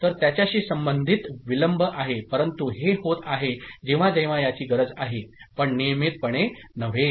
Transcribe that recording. तर त्याच्याशी संबंधित विलंब आहे परंतु हे होत आहे जेव्हा जेव्हा याची गरज आहे पण नियमितपणे नव्हे